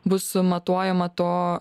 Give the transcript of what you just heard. bus matuojama to